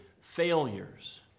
failures